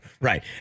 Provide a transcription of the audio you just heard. right